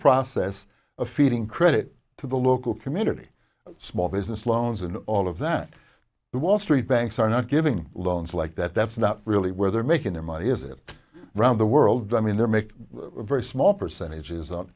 process of feeding credit to the local community and small business loans and all of that the wall street banks are not giving loans like that that's not really where they're making their money is it round the world i mean they're making very small percentages of